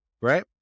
right